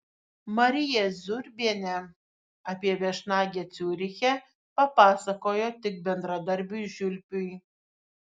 marija zurbienė apie viešnagę ciuriche papasakojo tik bendradarbiui žiulpiui